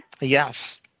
Yes